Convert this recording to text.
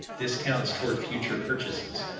discounts toward future purchases,